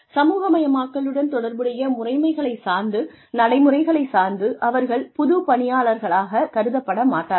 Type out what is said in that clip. சமூகமயமாக்கலுடன் தொடர்புடைய முறைமைகளைச் சார்ந்து நடைமுறைகளைச் சார்ந்து அவர்கள் புது பணியாளராகக் கருதப்பட மாட்டார்கள்